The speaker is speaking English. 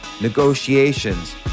negotiations